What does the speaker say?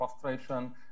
frustration